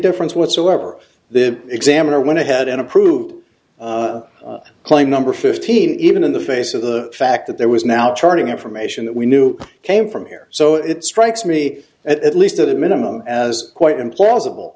difference whatsoever the examiner went ahead and approved claim number fifteen even in the face of the fact that there was now turning information that we knew came from here so it strikes me at least at a minimum as quite implausible